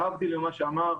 להבדיל ממה שאמר,